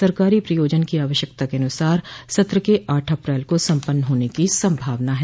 सरकारी प्रयोजन की आवश्यकतानुसार सत्र के आठ अप्रैल को सम्पन्न होने की संभावना है